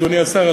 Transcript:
אדוני השר,